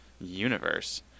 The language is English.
universe